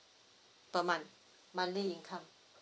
per month monthly income